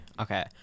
Okay